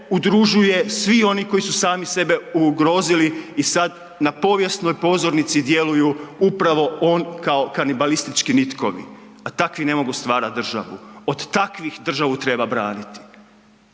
udružuje? Svi oni koji su sami sebe ugrozili i sad na povijesnoj pozornici djeluju upravo kao kanibalistički nitko, a takvi ne mogu stvarati državu. Od takvih državu treba braniti.